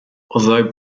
although